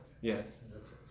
Yes